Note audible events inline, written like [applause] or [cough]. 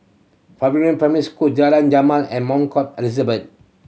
[unintelligible] Primary School Jalan Jamal and [unintelligible] Elizabeth